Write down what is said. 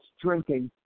drinking